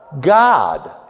God